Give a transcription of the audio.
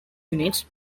units